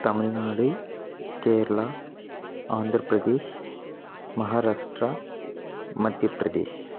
Tamil Nadu Kerala Andhra Pradesh Maharashtra Madhya Pradesh